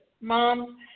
Mom